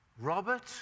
Robert